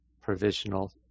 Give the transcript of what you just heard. provisional